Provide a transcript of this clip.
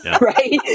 Right